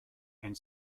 and